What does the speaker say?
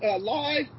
live